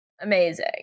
Amazing